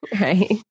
right